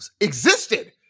existed